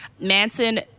Manson